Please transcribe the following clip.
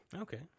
Okay